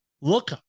Look